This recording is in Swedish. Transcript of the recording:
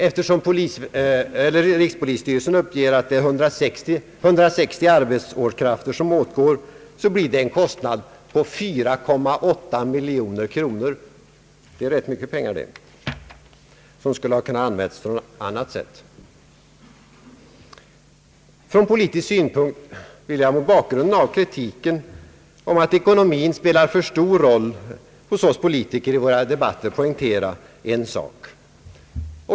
Eftersom rikspolisstyrelsen uppger att det är 160 årsarbetskrafter som åtgår blir det en kostnad på 4,8 miljoner kronor. Det är ganska mycket pengar som skulle kunnat användas på annat sätt. Från politisk synpunkt vill jag mot bakgrunden av kritiken om att ekonomin spelar för stor roll hos oss politiker i våra debatter poängtera en sak.